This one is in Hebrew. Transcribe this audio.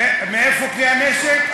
מאיפה כלי הנשק?